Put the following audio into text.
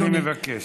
אני מבקש.